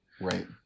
Right